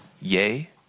Yay